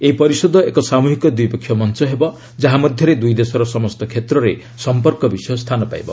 ଏହି ପରିଷଦ ଏକ ସାମ୍ଭହିକ ଦ୍ୱିପକ୍ଷୀୟ ମଞ୍ଚ ହେବ ଯାହା ମଧ୍ୟରେ ଦୁଇ ଦେଶର ସମସ୍ତ କ୍ଷେତ୍ରରେ ସମ୍ପର୍କ ବିଷୟ ସ୍ଥାନ ପାଇବ